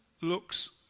looks